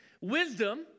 wisdom